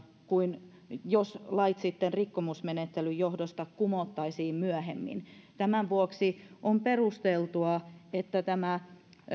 kuin jos lait sitten rikkomusmenettelyn johdosta kumottaisiin myöhemmin tämän vuoksi on perusteltua että tämä